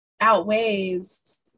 outweighs